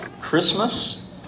Christmas